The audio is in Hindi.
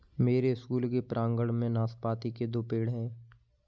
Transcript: मेरे स्कूल के प्रांगण में नाशपाती के दो पेड़ हैं